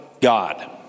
God